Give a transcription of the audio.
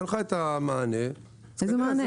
שלחה את המענה --- איזה מענה?